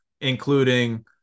including